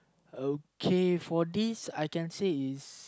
okay for this I can say is